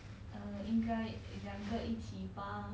err 应该两个一起吧